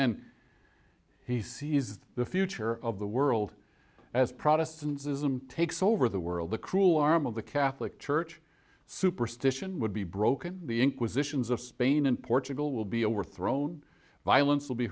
then he sees the future of the world as protestantism takes over the world the cruel arm of the catholic church superstition would be broken the inquisitions of spain and portugal will be overthrown violence will be